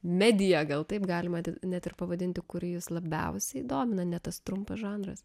medija gal taip galima net ir pavadinti kuri jus labiausiai domina ne tas trumpas žanras